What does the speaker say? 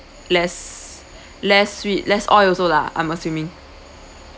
less less sweet less oil also lah I'm assuming